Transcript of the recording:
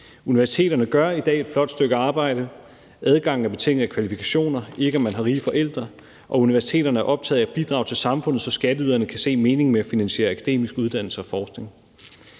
Universiteterne gør i dag et flot stykke arbejde. Adgangen er betinget af kvalifikationer og ikke af, om man har rige forældre, og universiteterne er optaget af at bidrage til samfundet, så skatteyderne kan se meningen med at finansiere akademisk uddannelse og forskning.